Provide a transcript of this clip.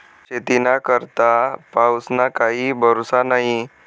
शेतीना करता पाऊसना काई भरोसा न्हई